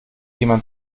jemand